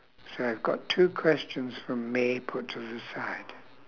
so I've got two questions from me put to the side